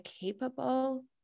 capable